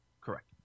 Correct